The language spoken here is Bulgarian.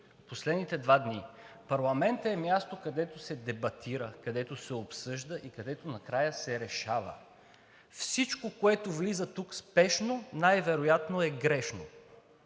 последните два дни. Парламентът е място, където се дебатира, където се обсъжда и където накрая се решава. Всичко, което влиза тук спешно, най-вероятно е грешно.